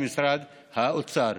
ממשרד האוצר.